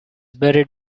buried